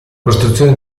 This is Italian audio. costruzione